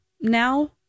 now